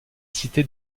cité